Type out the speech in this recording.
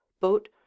boat